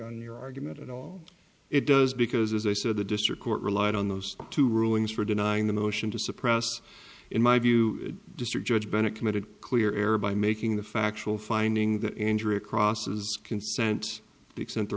on your argument at all it does because as i said the district court relied on those two rulings for denying the motion to suppress in my view district judge bennett committed clear error by making the factual finding the injury a cross consent the extent there